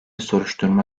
soruşturma